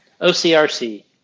OCRC